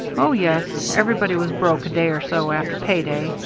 oh, yes. everybody was broke a day or so after pay day,